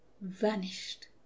vanished